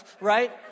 right